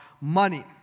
money